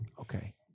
okay